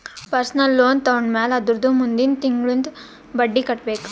personal loan ತೊಂಡಮ್ಯಾಲ್ ಅದುರ್ದ ಮುಂದಿಂದ್ ತಿಂಗುಳ್ಲಿಂದ್ ಬಡ್ಡಿ ಕಟ್ಬೇಕ್